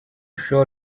sure